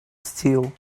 still